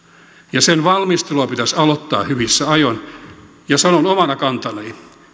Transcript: ja sen valmistelu pitäisi aloittaa hyvissä ajoin ja sanon omana kantanani